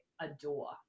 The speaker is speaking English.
adore